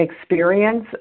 experience